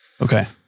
Okay